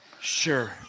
sure